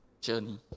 journey